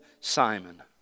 Simon